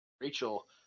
Rachel